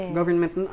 government